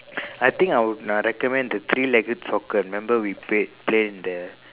I think I would uh recommend the three legged soccer remember we played played in the